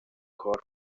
کار